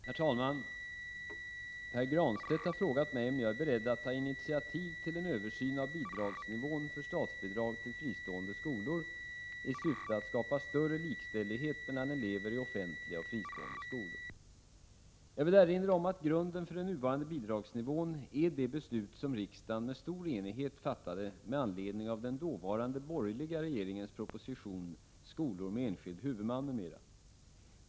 Herr talman! Pär Granstedt har frågat mig om jag är beredd att ta initiativ tillen översyn av bidragsnivån för statsbidraget till fristående skolor i syfte att skapa större likställighet mellan elever i offentliga och fristående skolor. Jag vill erinra om att grunden för den nuvarande bidragsnivån är det beslut som riksdagen med stor enighet fattade med anledning av den dåvarande borgerliga regeringens proposition Skolor med enskild huvudman m.m.